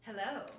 Hello